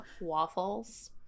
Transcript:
waffles